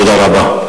תודה רבה.